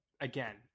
again